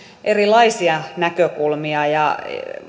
erilaisia näkökulmia ja